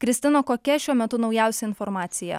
kristina kokia šiuo metu naujausia informacija